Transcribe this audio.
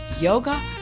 yoga